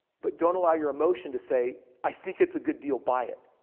but don't allow your emotion to say, i think it's a good deal, buy it.